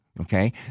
okay